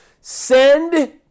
send